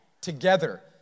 together